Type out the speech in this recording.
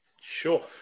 Sure